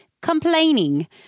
complaining